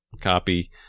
copy